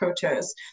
coaches